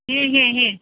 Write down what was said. ᱦᱮᱸ ᱦᱮᱸ ᱦᱮᱸ